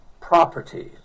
properties